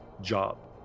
job